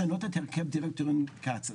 לשנות את הרכב דירקטוריון קצא"א,